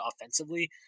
offensively